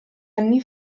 anni